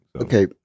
Okay